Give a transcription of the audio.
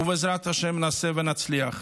ובעזרת השם נעשה ונצליח.